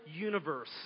universe